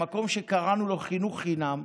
במקום שקראנו לו "חינוך חינם",